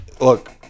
look